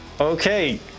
Okay